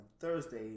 Thursday